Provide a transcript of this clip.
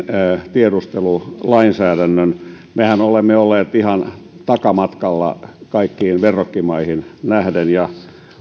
tiedustelulainsäädännön mehän olemme olleet ihan takamatkalla kaikkiin verrokkimaihin nähden ja